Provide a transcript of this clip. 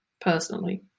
personally